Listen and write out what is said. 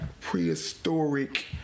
prehistoric